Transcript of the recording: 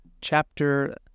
chapter